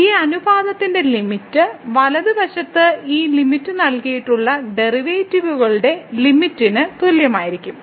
ഈ അനുപാതത്തിന്റെ ലിമിറ്റ് വലതുവശത്ത് ഈ ലിമിറ്റ് നൽകിയിട്ടുള്ള ഡെറിവേറ്റീവുകളുടെ ലിമിറ്റിന് തുല്യമായിരിക്കും